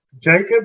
Jacob